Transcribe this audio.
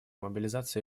мобилизация